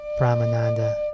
Brahmananda